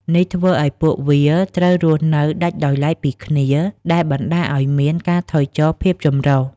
នេះធ្វើឱ្យពួកវាត្រូវរស់នៅដាច់ដោយឡែកពីគ្នា ដែលបណ្តាលឱ្យមាន ការថយចុះភាពចម្រុះ។